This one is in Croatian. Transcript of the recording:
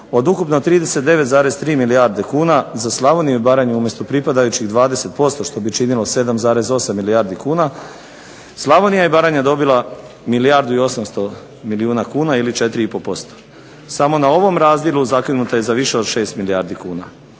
od ukupno 39,3 milijarde kuna za Slavoniju i Baranju umjesto pripadajućih 20% što bi činilo 7,8 milijardi kuna Slavonija i Baranja dobila milijardu i 800 milijuna kuna ili 4 i pol posto. Samo na ovom razdjelu zakinuta je za više od 6 milijardi kuna.